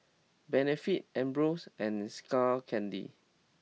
Benefit Ambros and Skull Candy